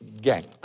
Gang